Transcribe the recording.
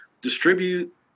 distribute